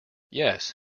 yes